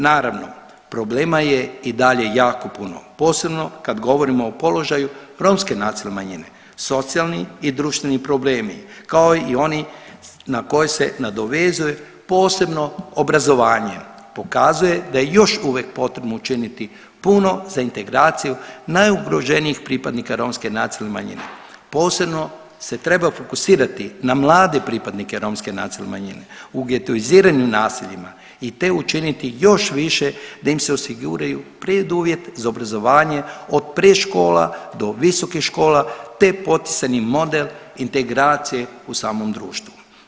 Naravno, problema je i dalje jako puno posebno kad govorimo o položaju romske nacionalne manjine, socijalni i društveni problemi kao i oni na koje se nadovezuje, posebno obrazovanje pokazuje da je još uvijek potrebno učiniti puno za integraciju najugroženijih pripadnika Romske nacionalne manjine, posebno se trebaju fokusirati na mlade pripadnike Romske nacionalne manjine u getoiziranim naseljima i te učiniti još više da im se osiguraju preduvjet za obrazovanje od predškola do visokih škola, te poticajni model integracije u samom društvu.